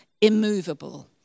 immovable